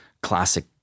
classic